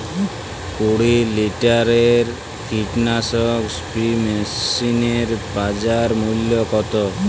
কুরি লিটারের কীটনাশক স্প্রে মেশিনের বাজার মূল্য কতো?